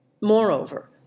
Moreover